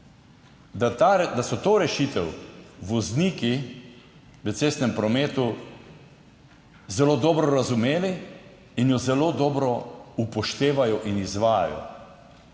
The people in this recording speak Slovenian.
da so to rešitev vozniki v cestnem prometu zelo dobro razumeli in jo zelo dobro upoštevajo in izvajajo.